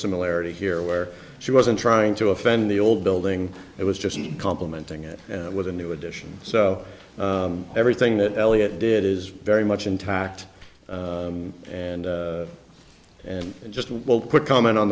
similarity here where she wasn't trying to offend the old building it was just complementing it with a new addition so everything that elliot did is very much intact and and just won't put comment on